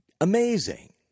Amazing